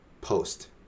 post